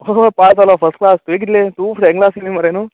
हं हं पास जालो फस्ट क्लास तुवें कितले तूं आसले मरे न्हय